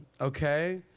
okay